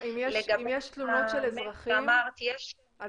יש --- אם יש תלונות של אזרחים על